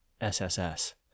sss